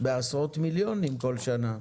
בעשרות מיליונים כל שנה.